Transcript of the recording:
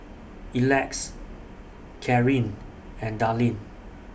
Elex Kareen and Dallin